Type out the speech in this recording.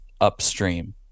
upstream